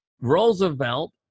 Roosevelt